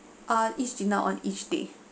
uh each dinner on each day